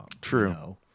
True